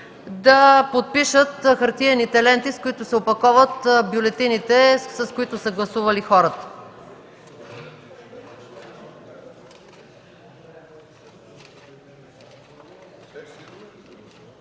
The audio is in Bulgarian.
да подпишат хартиените ленти, с които се опаковат бюлетините, с които са гласували хората.